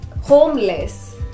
homeless